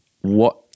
what-